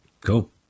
Cool